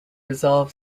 resolve